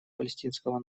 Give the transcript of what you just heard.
палестинского